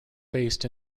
based